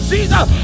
Jesus